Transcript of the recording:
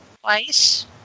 twice